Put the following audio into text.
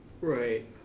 Right